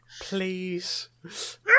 Please